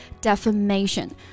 defamation